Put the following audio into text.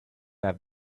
have